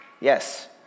Yes